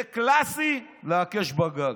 זה קלאסי להקש בגג.